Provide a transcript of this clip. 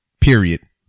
Period